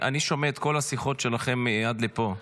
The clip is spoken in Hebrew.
אני שומע את כל השיחות שלכם עד פה.